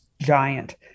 giant